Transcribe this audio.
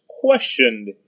questioned